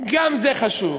גם זה חשוב,